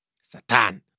Satan